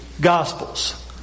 Gospels